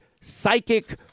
psychic